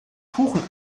kuchen